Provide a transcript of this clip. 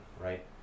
right